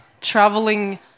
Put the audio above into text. traveling